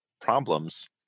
problems